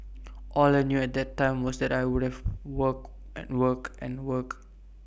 all I knew at that time was that I would have work and work and work